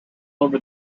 over